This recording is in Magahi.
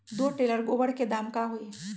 दो टेलर गोबर के दाम का होई?